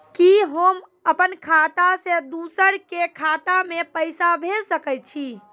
कि होम अपन खाता सं दूसर के खाता मे पैसा भेज सकै छी?